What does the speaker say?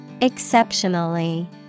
Exceptionally